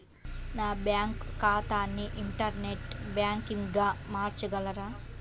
నా బ్యాంక్ ఖాతాని ఇంటర్నెట్ బ్యాంకింగ్గా మార్చగలరా?